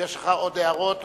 אם יש לך עוד הערות ושאלות.